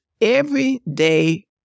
everyday